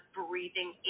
breathing